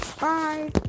Bye